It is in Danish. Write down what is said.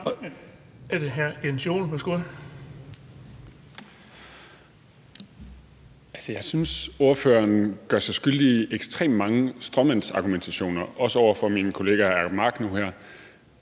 jeg synes, ordføreren gør sig skyldig i ekstremt mange stråmandsargumentationer, også over for min kollega hr. Jacob Mark nu her.